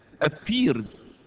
appears